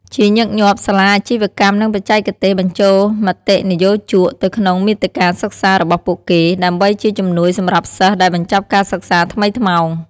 ជាញឹកញាប់ សាលាអាជីវកម្ម និងបច្ចេកទេសបញ្ចូលមតិនិយោជកទៅក្នុងមាតិកាសិក្សារបស់ពួកគេ ដើម្បីជាជំនួយសម្រាប់សិស្សដែលបញ្ចប់ការសិក្សាថ្មីថ្មោង។។